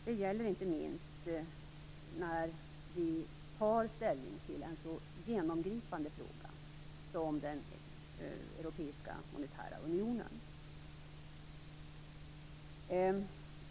Det gäller inte minst när vi tar ställning till en så genomgripande fråga som den europeiska monetära unionen.